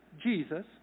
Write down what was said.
Jesus